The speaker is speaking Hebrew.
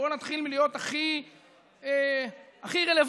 בוא נתחיל מלהיות הכי רלוונטי,